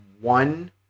one